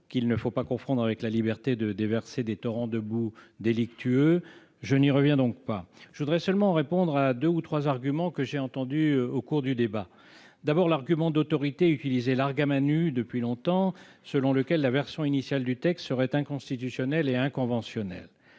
laquelle ne doit pas être confondue avec la liberté de déverser des torrents de boue délictueux. Je n'y reviens donc pas. Je voudrais seulement répondre à deux ou trois arguments que j'ai entendus au cours du débat, à commencer par l'argument d'autorité, utilisé depuis longtemps, selon lequel la version initiale du texte serait inconstitutionnelle et inconventionnelle.